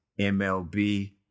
MLB